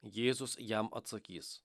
jėzus jam atsakys